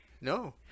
No